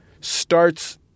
starts –